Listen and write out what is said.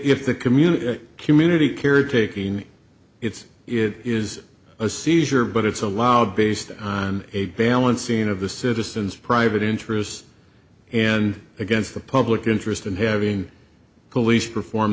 if the community community care taking it's it is a seizure but it's allowed based on a balancing of the citizen's private interests and against the public interest and having police perform